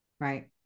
right